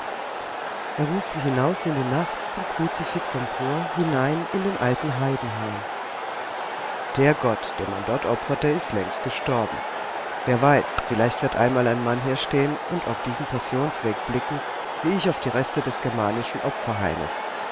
er ruft sie hinaus in die nacht zum kruzifix empor hinein in den alten heidenhain der gott dem man dort opferte ist längst gestorben wer weiß vielleicht wird einmal ein mann hier stehen und auf diesen passionsweg blicken wie ich auf die reste des germanischen opferhaines